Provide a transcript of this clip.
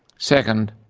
second,